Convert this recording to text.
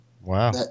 Wow